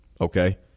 Okay